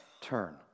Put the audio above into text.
Turn